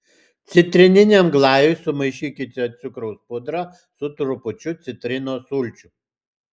citrininiam glajui sumaišykite cukraus pudrą su trupučiu citrinos sulčių